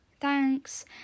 thanks